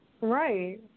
Right